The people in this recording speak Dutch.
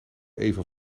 even